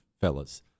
fellas